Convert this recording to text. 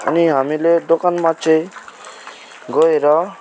अनि हामीले दोकानमा चाहिँ गएर